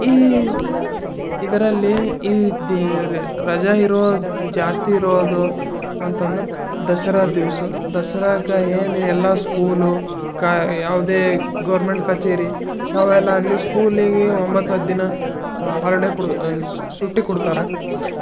ಈ ಇದರಲ್ಲಿ ಈ ರಜೆ ಇರೋ ಜಾಸ್ತಿ ಇರೋದು ಅಂತಂದ್ರೆ ದಸರಾ ದಿವ್ಸ ದಸರಾಗೆ ಏನು ಎಲ್ಲ ಸ್ಕೂಲು ಕಾ ಯಾವುದೇ ಗೌರ್ಮೆಂಟ್ ಕಚೇರಿ ಅವೆಲ್ಲ ಆಗಲಿ ಸ್ಕೂಲಿಗೆ ಒಂಬತ್ತು ಹತ್ತು ದಿನ ಹಾಲಿಡೇ ಕುಡ್ ಸುಟ್ಟಿ ಕೊಡ್ತಾರ